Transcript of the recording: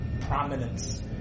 prominence